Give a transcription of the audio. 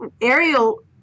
Ariel